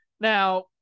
Now